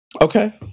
Okay